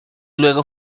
luego